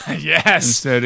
Yes